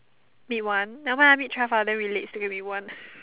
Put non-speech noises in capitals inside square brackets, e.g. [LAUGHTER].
meet one nevermind ah meet twelve ah then we late still can meet one [LAUGHS]